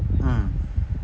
mm